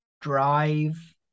drive